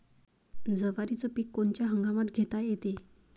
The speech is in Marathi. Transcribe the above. जवारीचं पीक कोनच्या हंगामात घेता येते?